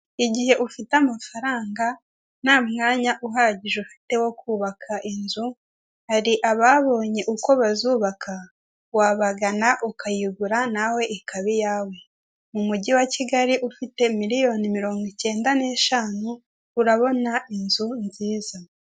Igihe ufite amafaranga nta mwanya uhagije ufite wo kubaka inzu, hari ababonye uko bazubaka wabagana ukayigura nawe ikaba iyawe, mu mugi wa Kigali ufite miliyoni mirongo ikenda n'eshanu (95,000,000rwf) urabona inzu nziza